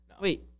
Wait